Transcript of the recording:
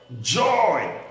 Joy